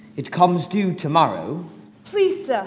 it comes due tomorrow please, sir.